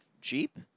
Jeep